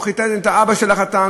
הוא חיתן את האבא של החתן,